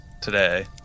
today